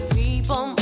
people